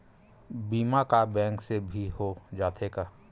बीमा का बैंक से भी हो जाथे का?